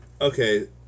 okay